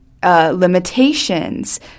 Limitations